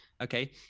Okay